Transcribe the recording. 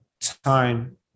time